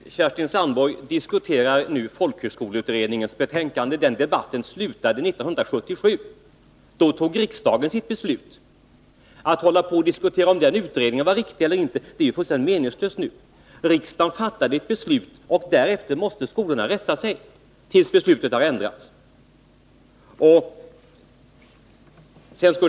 Fru talman! Kerstin Sandborg diskuterar nu folkhögskoleutredningens betänkande. Den debatten slutade 1977. Då fattade riksdagen sitt beslut. Att diskutera om utredningen är riktig eller inte är meningslöst nu. Riksdagen fattade ett beslut, och efter det måste skolorna inrätta sig tills beslutet ändrats.